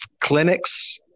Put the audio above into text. clinics